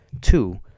Two